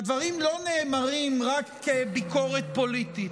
והדברים לא נאמרים רק כביקורת פוליטית.